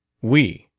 we.